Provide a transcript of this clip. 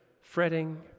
fretting